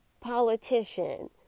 politician